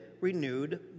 renewed